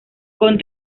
con